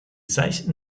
seichten